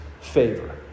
favor